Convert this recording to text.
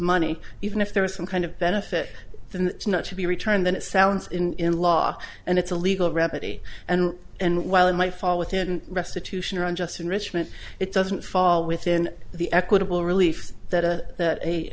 money even if there is some kind of benefit than not to be returned then it sounds in law and it's a legal remedy and and while it might fall within restitution are unjust enrichment it doesn't fall within the equitable relief that so that they